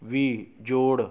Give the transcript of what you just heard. ਵੀ ਜੋੜ